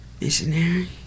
Missionary